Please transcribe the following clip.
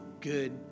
good